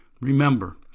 Remember